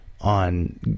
on